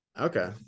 Okay